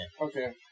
Okay